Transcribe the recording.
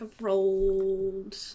rolled